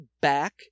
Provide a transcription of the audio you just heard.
back